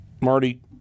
Marty